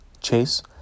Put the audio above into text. Chase